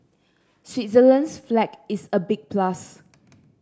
Switzerland's flag is a big plus